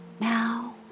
Now